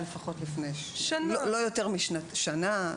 יותר משנה?